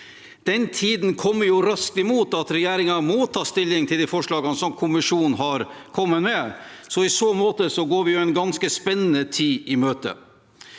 Den tiden kommer jo raskt, at regjeringen må ta stilling til de forslagene som kommisjonen har kommet med, så i så måte går vi en ganske spennende tid i møte.